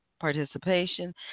participation